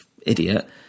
idiot